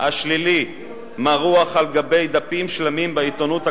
השלילי מרוח על גבי דפים שלמים בעיתונות הכתובה,